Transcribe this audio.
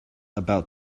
about